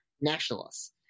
nationalists